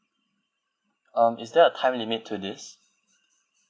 um is there a time limit to this